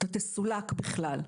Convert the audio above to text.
אתה תסולק בכלל.